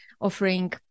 offering